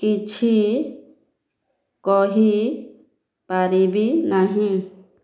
କିଛି କହିପାରିବି ନାହିଁ